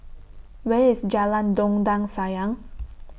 Where IS Jalan Dondang Sayang